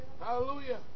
Hallelujah